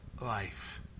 life